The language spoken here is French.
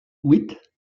witt